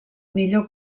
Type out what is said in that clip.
millor